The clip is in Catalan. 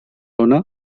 lona